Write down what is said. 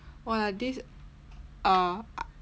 !wah! like this uh